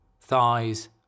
thighs